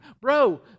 Bro